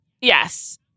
Yes